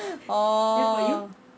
orh